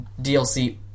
DLC